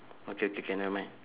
okay okay K nevermind